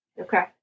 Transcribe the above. Okay